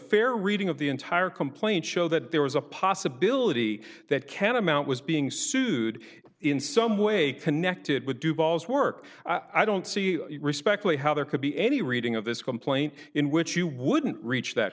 fair reading of the entire complaint show that there was a possibility that ken amount was being sued in some way connected with du ball's work i don't see respectfully how there could be any reading of this complaint in which you wouldn't reach that